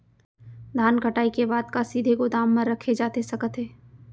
धान कटाई के बाद का सीधे गोदाम मा रखे जाथे सकत हे?